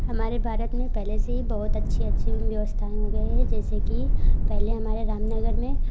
हमारे भारत में पहले से ही बहुत अच्छी अच्छी व्यवस्थाएं वगैरह है जैसे कि पहले हमारे राम नगर में